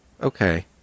Okay